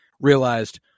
Realized